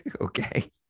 okay